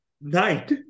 night